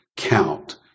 count